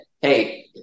hey